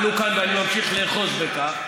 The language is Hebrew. ואני ממשיך לאחוז בכך,